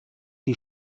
die